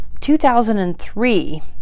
2003